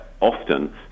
often